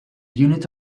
unit